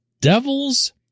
devil's